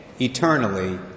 eternally